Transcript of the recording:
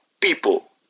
people